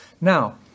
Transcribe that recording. Now